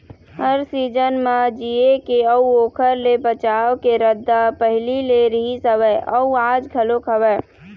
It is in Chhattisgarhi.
हर सीजन म जीए के अउ ओखर ले बचाव के रद्दा पहिली ले रिहिस हवय अउ आज घलोक हवय